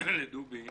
לדובי